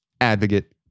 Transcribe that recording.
advocate